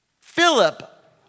Philip